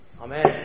Amen